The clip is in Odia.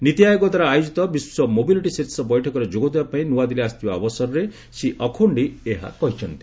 ନୀତି ଆୟୋଗ ଦ୍ୱାରା ଆୟୋଜିତ ବିଶ୍ୱ ମୋବିଲିଟ୍ ଶୀର୍ଷ ବୈଠକରେ ଯୋଗଦେବା ପାଇଁ ନୂଆଦିଲ୍ଲୀ ଆସିଥିବା ଅବସରରେ ଶ୍ରୀ ଅଖୌଣ୍ଡୀ ଏହା କହିଛନ୍ତି